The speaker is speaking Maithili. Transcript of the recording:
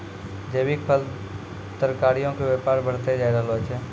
जैविक फल, तरकारीयो के व्यापार बढ़तै जाय रहलो छै